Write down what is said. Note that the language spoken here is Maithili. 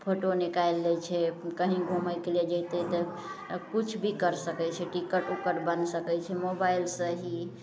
फोटो निकालि दै छै कहीं घुमयके लिये जेतय तऽ किछु भी कर सकय छै टिकट उकट बनि सकय छै मोबाइलसँ ही